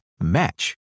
match